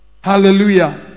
Hallelujah